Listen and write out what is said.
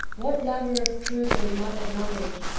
what lover of truth will not acknowledge,